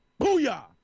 booyah